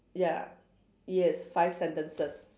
ya yes five sentences